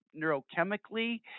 neurochemically